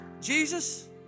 Jesus